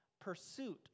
pursuit